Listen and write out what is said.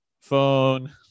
phone